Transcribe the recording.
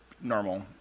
normal